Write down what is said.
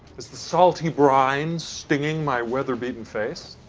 is the salty brine stinging my weather-beaten face?